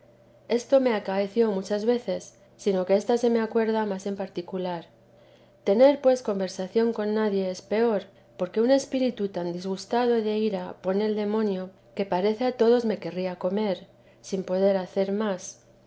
esto me acaeció muchas veces sino que ésta se me acuerda más en particular tener pues conversación con nadie es peor porque un espíritu tan disgustado de ira pone el demonio que parece a todos me querría comer sin poder hacer más